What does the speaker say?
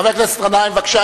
חבר הכנסת גנאים, בבקשה.